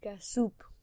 soup